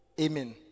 Amen